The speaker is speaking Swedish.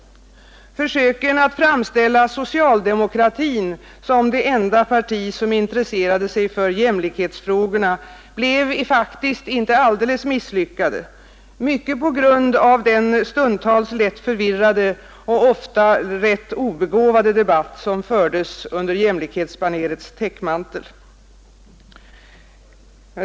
Försöken att framställa det socialdemokratiska partiet som det enda parti som intresserade sig för jämlikhetsfrågorna blev faktiskt inte alldeles misslyckade — mycket på grund av den stundtals lätt förvirrade och ofta rätt obegåvade debatt som fördes under jämlikhetsbanerets täckmantel.